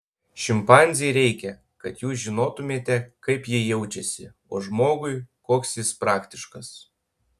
šimpanzei reikia kad jūs žinotumėte kaip ji jaučiasi o žmogui koks jis praktiškas